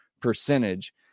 percentage